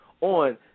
on